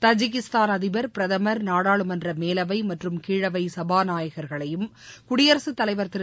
Tajikistan அதிபர் பிரதமர் நாடாளுமன்ற மேலவை மற்றம் கீழவை சபாநாயகர்களையும் குடியரசுத்தலைவர் திரு